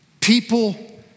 People